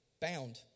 bound